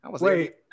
Wait